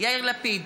יאיר לפיד,